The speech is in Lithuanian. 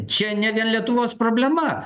čia ne vien lietuvos problema